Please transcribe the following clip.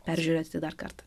peržiūrėti dar kartą